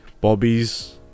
Bobby's